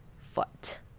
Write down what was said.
foot